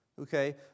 Okay